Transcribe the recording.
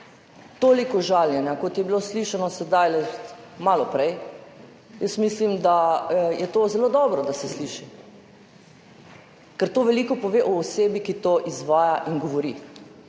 Toliko žaljenja, kot je bilo slišanega malo prej – mislim, da je zelo dobro, da se to sliši, ker to veliko pove o osebi, ki to izvaja in govori.